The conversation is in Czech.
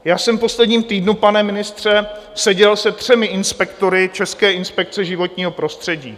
Já jsem v posledním týdnu, pane ministře, seděl se třemi inspektory České inspekce životního prostředí.